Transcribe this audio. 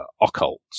occult